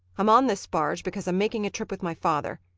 i'm on this barge because i'm making a trip with my father.